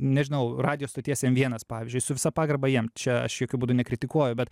nežinau radijo stoties m vienas pavyzdžiui su visa pagarba jiem čia aš jokiu būdu nekritikuoju bet